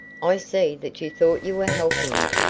i see that you thought you were helping me.